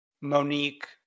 Monique